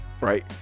Right